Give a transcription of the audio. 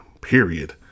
period